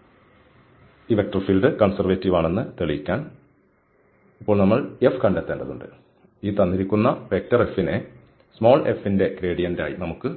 അതിനാൽ ഈ vector field conservative ആണെന്ന് തെളിയിക്കാൻ നമ്മൾ ഇപ്പോൾ f കണ്ടെത്തേണ്ടതുണ്ട് ഈ തന്നിരിക്കുന്ന F നെ ചെറിയ f ന്റെ ഗ്രേഡിയന്റായി നമുക്ക്